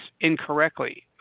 incorrectly